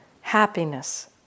happiness